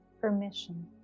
permission